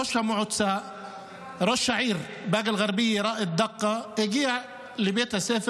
ראש העיר באקה אל-גרבייה ראיד דקה הגיע לבית הספר